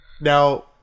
Now